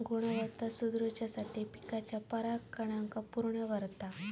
गुणवत्ता सुधरवुसाठी पिकाच्या परागकणांका पुर्ण करता